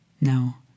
Now